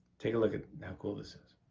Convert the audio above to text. take a look at how cool this is.